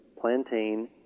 plantain